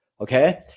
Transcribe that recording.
okay